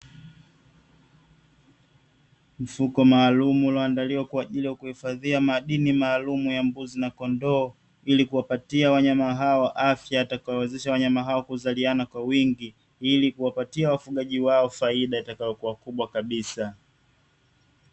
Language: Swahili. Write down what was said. Mfuko maalumu uliondaliwa kwa ajili ya kuhifadhia madini maalumu ya mbuzi na kondoo ili kuwapatia wanyama hao afya itakayowawezesha wanyama hao kuzaliana kwa wingi ili kuwapatia wafugaji wao faida itakayokuwa kubwa zaidi.